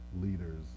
leaders